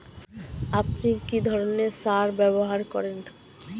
আপনি কী ধরনের সার ব্যবহার করেন?